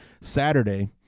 Saturday